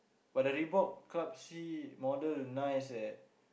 but the Reebok Club C model nice eh